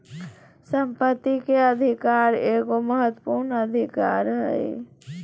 संपत्ति के अधिकार एगो महत्वपूर्ण अधिकार हइ